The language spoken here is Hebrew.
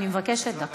אני מבקשת, דקה.